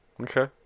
Okay